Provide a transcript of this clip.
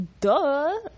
Duh